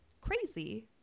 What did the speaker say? crazy